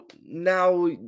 now